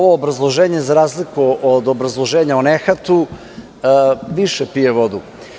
Da, ovo obrazloženje, za razliku od obrazloženja o nehatu, više pije vodu.